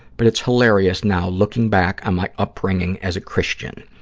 but it's hilarious now, looking back on my upbringing as a christian.